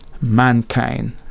mankind